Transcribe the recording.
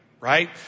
Right